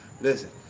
listen